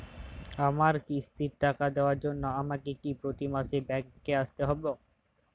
আমার কিস্তির টাকা দেওয়ার জন্য আমাকে কি প্রতি মাসে ব্যাংক আসতে হব?